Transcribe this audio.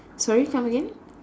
sorry come again